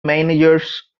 managers